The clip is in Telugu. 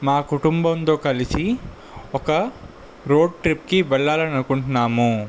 మా కుటుంబంతో కలిసి ఒక రోడ్ ట్రిప్కి వెళ్ళాలి అని అనుకుంటున్నాము